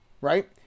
right